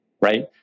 right